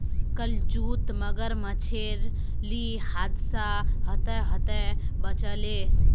कल जूत मगरमच्छेर ली हादसा ह त ह त बच ले